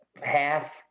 half